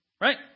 Right